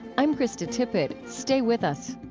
i'm krista tippett. stay with us